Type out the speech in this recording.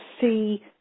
see